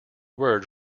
word